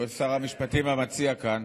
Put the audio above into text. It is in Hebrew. ושר המשפטים המציע כאן,